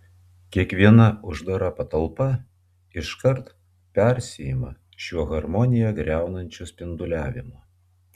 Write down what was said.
kiekviena uždara patalpa iškart persiima šiuo harmoniją griaunančiu spinduliavimu